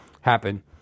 happen